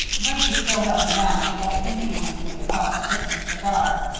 grady still held the match, and looked impudently across the tip of his cigar.